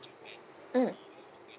mm